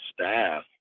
staff